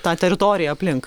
tą teritoriją aplink